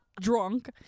Drunk